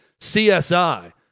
CSI